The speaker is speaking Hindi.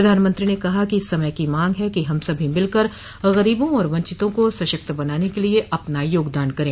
प्रधानमंत्री ने कहा कि समय की मांग ह कि हम सभी मिलकर गरीबों और वंचितों को सशक्त बनाने के लिए अपना योगदान करें